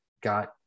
got